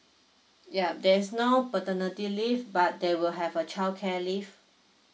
ya there's no paternity leave but they will have a childcare leave